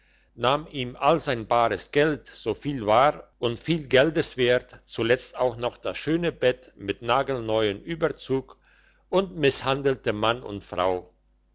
nahm ihm all sein bares geld so viel war und viel geldeswert zuletzt auch noch das schöne bett mit nagelneuem überzug und misshandelte mann und frau